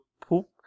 poop